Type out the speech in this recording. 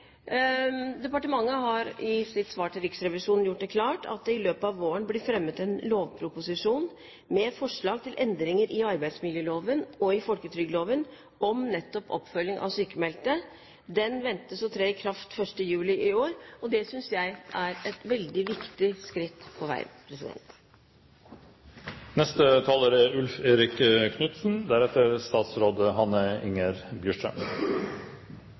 Departementet har i sitt svar til Riksrevisjonen gjort det klart at det i løpet av våren blir fremmet en lovproposisjon med forslag til endringer i arbeidsmiljøloven og i folketrygdloven om nettopp oppfølging av sykmeldte, som ventes å tre i kraft 1. juli i år. Det synes jeg er et veldig viktig skritt på